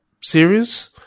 series